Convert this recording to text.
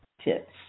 tips